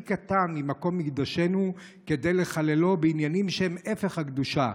קטן ממקום מקדשנו כדי לחללו בעניינים שהם הפך הקדושה,